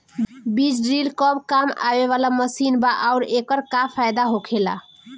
बीज ड्रील कब काम आवे वाला मशीन बा आऊर एकर का फायदा होखेला?